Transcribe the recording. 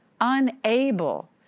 unable